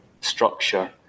structure